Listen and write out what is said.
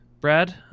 brad